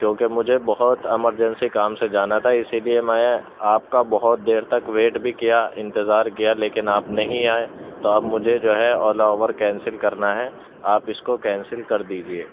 کیوں کہ مجھے بہت ایمرجنسی کام سے جانا تھا اسی لیے میں آپ کا بہت دیر تک ویٹ بھی کیا انتظار کیا لیکن آپ نہیں آئے تو اب مجھے جو ہے اولا اوبر کینسل کرنا ہے آپ اس کو کیسنل کر دیجیے